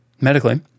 medically